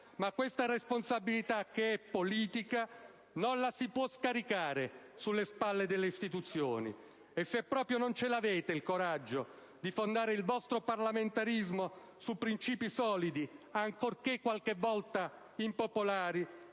Ma questa responsabilità, che è politica, non la si può scaricare sulle spalle delle istituzioni. E se proprio non ce l'avete il coraggio di fondare il vostro parlamentarismo su principi solidi, ancorché qualche volta impopolari;